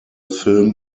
film